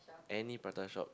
any prata shop